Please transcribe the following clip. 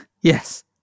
Yes